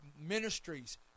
ministries